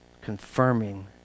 confirming